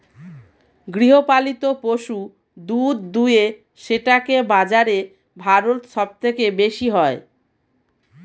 গৃহপালিত পশু দুধ দুয়ে সেটাকে বাজারে ভারত সব থেকে বেশি হয়